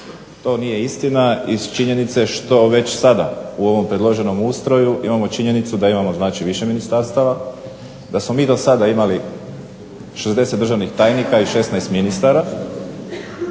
To nije istina iz činjenice što već sada u ovom predloženom ustroju imamo činjenicu da imamo znači više ministarstava, da smo mi do sada imali 60 državnih tajnika i 16 ministara